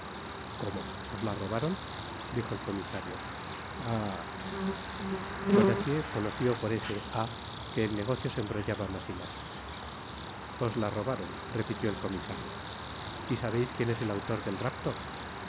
cómo os la robaron dijo el comisario ah bonacieux conoció por este ah que el negocio se embrotlaba mas y mas os ta robaron repitió el comisario y sabeis quien es el autor del rapto